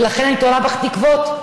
ולכן אני תולה בך תקוות,